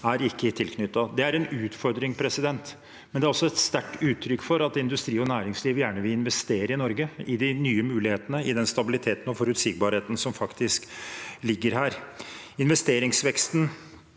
er ikke tilknyttet. Det er en utfordring, men det er også et sterkt uttrykk for at industri og næringsliv gjerne vil investere i Norge, i de nye mulighetene og i den stabiliteten og forutsigbarheten som faktisk foreligger. Investeringsveksten